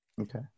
okay